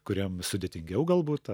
kuriem sudėtingiau galbūt